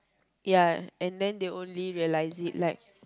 ya and then they only realise it like